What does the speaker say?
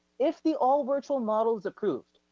if the all virtual model's approved,